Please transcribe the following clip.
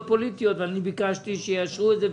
פוליטיות ואני ביקשתי שיאשרו את זה,